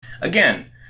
Again